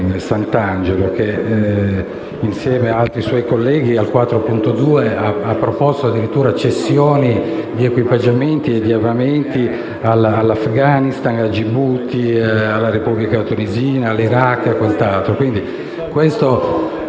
Santangelo, che, insieme ad altri suoi colleghi, con l'emendamento 4.2 ha proposto addirittura cessioni di equipaggiamenti e di armamenti all'Afghanistan, a Gibuti, alla Repubblica tunisina, all'Iraq e ad altri.